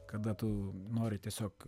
kada tu nori tiesiog